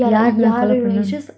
yeah like it's just